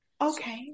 Okay